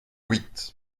huit